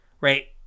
right